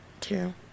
two